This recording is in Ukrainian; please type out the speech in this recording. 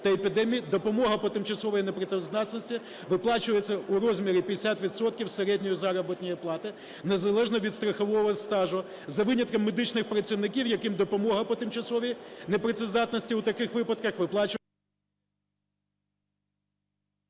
та епідемії допомога по тимчасовій непрацездатності виплачується у розмірі 50 відсотків середньої заробітної плати незалежно від страхового стажу за винятком медичних працівників, яким допомога по тимчасовій непрацездатності у таких випадках… ГОЛОВУЮЧИЙ.